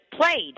played